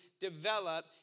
develop